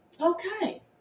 okay